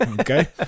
okay